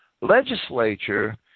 Legislature